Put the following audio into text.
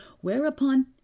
whereupon